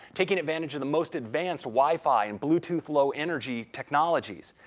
taking advantage of the most advanced wi-fi and bluetooth low energy technologies.